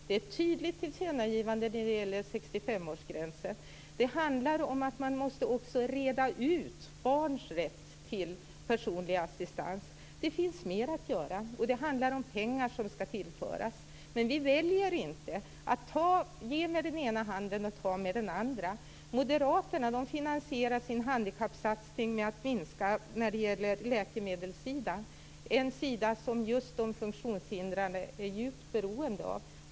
Det är ett tydligt tillkännagivande när det gäller 65 årsgränsen. Man måste också reda ut barns rätt till personlig assistans. Det finns mer att göra. Pengar skall tillföras. Vi väljer att inte ge med den ena handen och ta med den andra. Moderaterna finansierar sin handikappsatsning med att minska på läkemedelssidan - en sida som just de funktionshindrade är djupt beroende av.